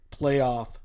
playoff